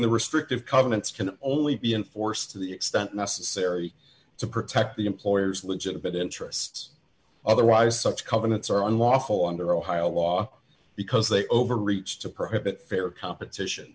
the restrictive covenants can only be enforced to the extent necessary to protect the employer's legitimate interests otherwise such covenants are unlawful under ohio law because they overreach to prohibit fair competition